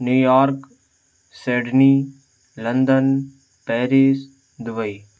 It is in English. New York Sydney London Paris Dubai